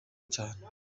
cyane